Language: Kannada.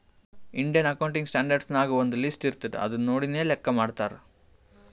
ಇಂಡಿಯನ್ ಅಕೌಂಟಿಂಗ್ ಸ್ಟ್ಯಾಂಡರ್ಡ್ ನಾಗ್ ಒಂದ್ ಲಿಸ್ಟ್ ಇರ್ತುದ್ ಅದು ನೋಡಿನೇ ಲೆಕ್ಕಾ ಮಾಡ್ತಾರ್